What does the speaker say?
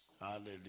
Hallelujah